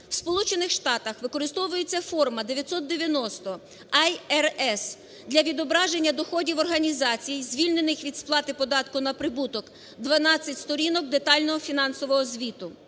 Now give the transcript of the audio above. Штатах використовується форма 990ІRS для відображення доходів організацій, звільнених від сплати податку на прибуток, 12 сторінок детального фінансового звіту.